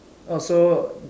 uh so